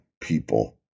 people